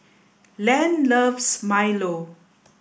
Len loves Milo